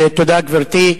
תודה, גברתי.